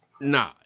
Nah